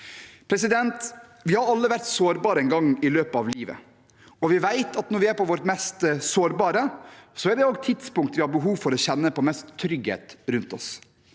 hjemmebesøk. Vi har alle vært sårbare en gang i løpet av livet. Vi vet at når vi er på vårt mest sårbare, er det også tidspunktet vi har mest behov for å kjenne på trygghet rundt oss